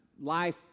life